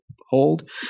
hold